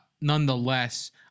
nonetheless